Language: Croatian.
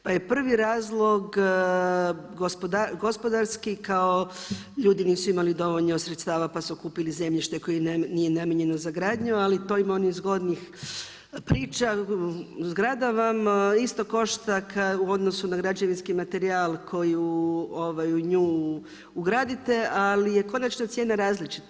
Pa je prvi razlog gospodarski kao ljudi nisu imali dovoljno sredstava pa su kupili zemljište koje nije namijenjeno za gradnju ali to ima onih zgodnih priča, zgrada vam isto košta u odnosu na građevinski materijal koji u nju ugradite ali je konačna cijena različita.